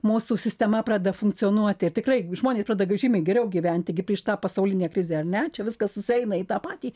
mūsų sistema pradeda funkcionuoti ir tikrai žmonės pradeda žymiai geriau gyventi gi prieš tą pasaulinę krizę ar ne čia viskas sueina į tą patį